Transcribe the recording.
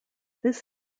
this